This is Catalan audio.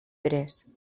pres